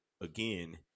again